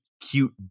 cute